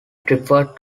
preferred